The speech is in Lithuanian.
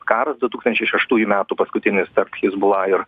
karas du tūkstančiai šeštųjų metų paskutinis tarp hezbola ir